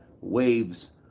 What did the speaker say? waves